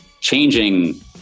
changing